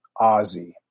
Ozzy